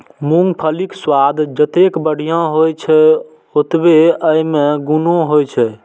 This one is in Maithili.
मूंगफलीक स्वाद जतेक बढ़िया होइ छै, ओतबे अय मे गुणो होइ छै